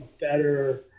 better